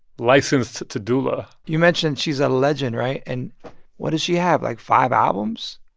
licensed to doula you mentioned she's a legend, right? and what does she have, like, five albums?